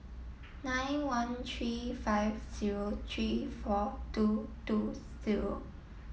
nine one three five zero three four two two zero